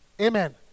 Amen